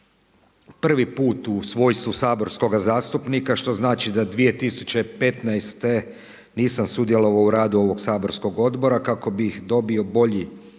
prvi put u svojstvu saborskoga zastupnika što znači da 2015. nisam sudjelovao u radu ovog saborskog odbora kako bih dobio bolji